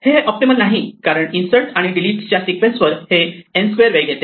हे ऑप्टिमल नाही कारण n इन्सर्ट आणि डिलीटच्या सिक्वेन्स वर हे n2 एवढा वेळ घेते